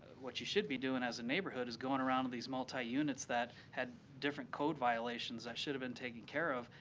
what you should be doing as a neighborhood is going around these multi-units that had different code violations that should have been taking care of,